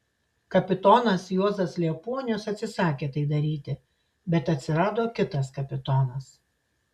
kapitonas juozas liepuonius atsisakė tai daryti bet atsirado kitas kapitonas